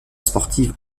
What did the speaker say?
sportifs